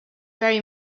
very